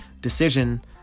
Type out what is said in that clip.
decision